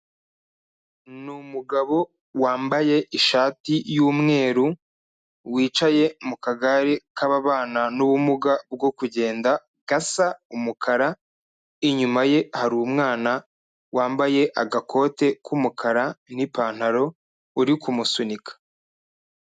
Ni umugabo wambaye ishati y'umweru wicaye mu kagare k'ababana n'ubumuga bwo kugenda gasa umukara, inyuma ye hari umwana wambaye agakote k'umukara n'ipantaro uri kumusunika.